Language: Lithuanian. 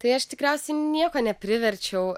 tai aš tikriausiai nieko nepriverčiau